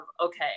okay